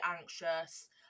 anxious